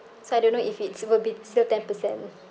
so I don't know if it's it will be still ten percent